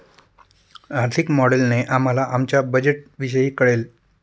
आर्थिक मॉडेलने आम्हाला आमच्या बजेटविषयी कळेल